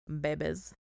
Babies